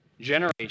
generation